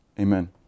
amen